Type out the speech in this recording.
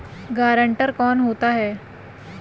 Guarantor कौन होता है?